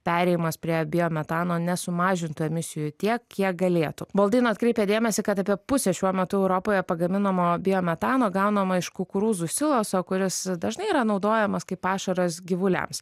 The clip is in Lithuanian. perėjimas prie biometano nesumažintų emisijų tiek kiek galėtų boldino atkreipia dėmesį kad apie pusė šiuo metu europoje pagaminama biometano gaunama iš kukurūzų siloso kuris dažnai yra naudojamas kaip pašaras gyvuliams